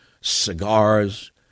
cigars